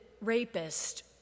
rapist